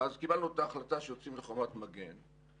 אז קיבלנו את ההחלטה שיוצאים לחומת מגן,